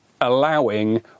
allowing